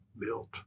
built